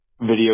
video